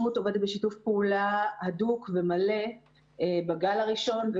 עובדת בשיתוף פעולה הדוק ומלא בגל הראשון,